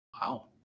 Wow